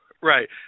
Right